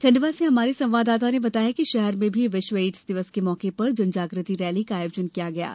खंडवा से हमारे संवाददाता ने बताया है कि शहर में भी विश्व एड्स दिवस के मौके पर जनजाग्रति रैली का आयोजन किया गया है